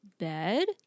bed